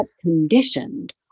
conditioned